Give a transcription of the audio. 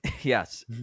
yes